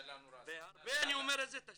והרבה אני אומר את זה,